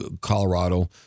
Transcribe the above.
Colorado